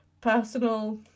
personal